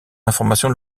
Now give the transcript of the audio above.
informations